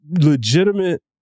legitimate